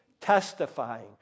testifying